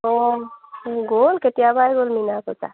অঁ গ'ল কেতিয়াবাই গ'ল মিনা বজাৰ